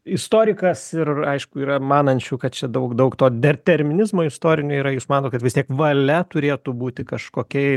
istorikas ir aišku yra manančių kad čia daug daug to determinizmo istorinio yra jūs manot kad vis tiek valia turėtų būti kažkokia